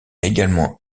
également